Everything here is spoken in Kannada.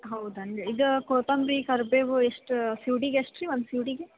ಹೌದನು ರೀ ಇದು ಕೊತ್ತಂಬರಿ ಕರಿಬೇವು ಎಷ್ಟು ಸೂಡಿಗೆ ಎಷ್ಟು ರೀ ಒಂದು ಸೂಡಿಗೆ